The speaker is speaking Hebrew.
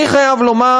אני חייב לומר,